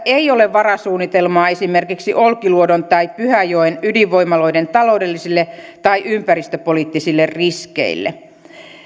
ei ole varasuunnitelmaa esimerkiksi olkiluodon tai pyhäjoen ydinvoimaloiden taloudellisille tai ympäristöpoliittisille riskeille